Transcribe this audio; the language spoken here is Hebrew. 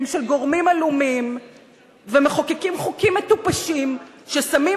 של גורמים עלומים ומחוקקים חוקים מטופשים ששמים